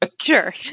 Sure